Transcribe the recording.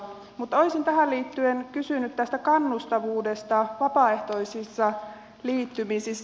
mutta olisin tähän liittyen kysynyt tästä kannustavuudesta vapaaehtoisissa liittymisissä